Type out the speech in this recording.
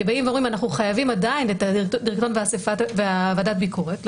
כי אומרים שאנחנו חייבים עדיין דירקטוריון וועדת ביקורת,